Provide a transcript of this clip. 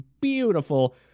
beautiful